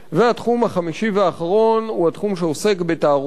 התחום החמישי והאחרון הוא התחום שעוסק בתערוכות,